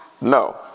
No